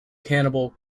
cannibal